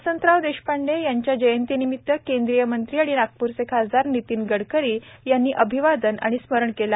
वसंतराव देशपांडे यांच्या जयंती निमित्त केंद्रीय मंत्री आणि नागपूरचे खासदार नितीन गडकरींनी त्यांचे अभिवादन आणि स्मरण केले